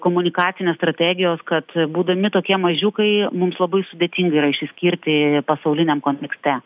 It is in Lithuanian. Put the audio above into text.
komunikacinės strategijos kad būdami tokie mažiukai mums labai sudėtinga yra išsiskirti pasauliniam konflikte